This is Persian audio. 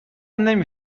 نمی